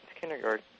kindergarten